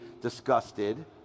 disgusted